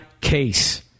case